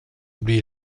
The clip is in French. oublié